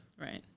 Right